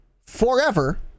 forever